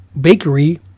bakery